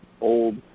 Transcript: old